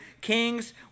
kings